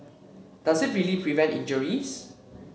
does it really prevent injuries